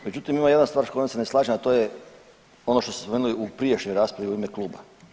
Međutim, imam jedna stvar s kojom se ne slažem, a to je ono što ste spomenuli u prijašnjoj raspravi u ime kluba.